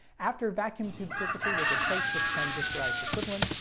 after vacuum tube circuitry was replaced with transistorized equivalents,